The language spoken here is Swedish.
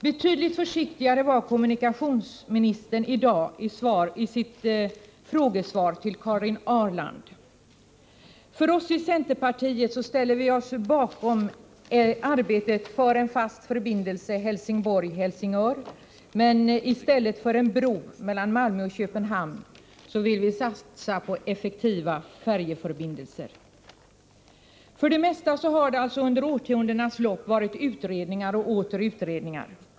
Betydligt försiktigare var kommunikationsministern i dag i sitt svar på Karin Ahrlands fråga. Vi i centerpartiet ställer oss bakom arbetet för en fast förbindelse Helsingborg-Helsingör. Men i stället för en bro mellan Malmö och Köpenhamn vill vi satsa på effektiva färjeförbindelser. För det mesta har det under årtiondenas lopp alltså varit utredningar och åter utredningar.